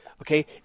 okay